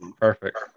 Perfect